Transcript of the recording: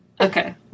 okay